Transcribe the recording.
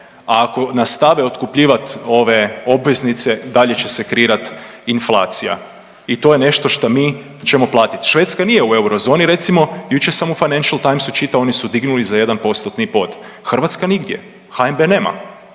a ako nastave otkupljivati ove obveznice, dalje će se kreirati inflacija. I to je nešto što mi ćemo platiti. Švedska nije u eurozoni, recimo, jučer sam u Financial Timesu čitao, oni su dignuli za 1 postotni bod. Hrvatska nigdje, HNB nema,